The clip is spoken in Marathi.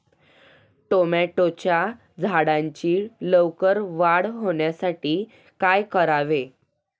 टोमॅटोच्या झाडांची लवकर वाढ होण्यासाठी काय करावे?